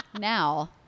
Now